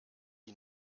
die